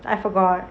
I forgot